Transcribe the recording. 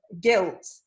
guilt